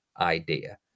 idea